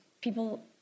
people